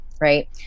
right